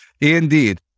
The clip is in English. indeed